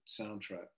soundtrack